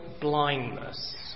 blindness